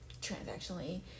transactionally